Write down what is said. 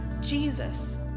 Jesus